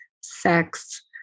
sex